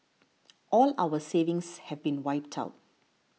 all our savings have been wiped out